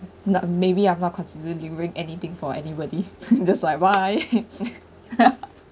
nah maybe I've not considering giving anything for anybody just like bye